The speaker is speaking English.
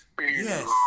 Yes